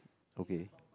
okay